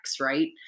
right